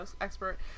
expert